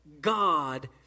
God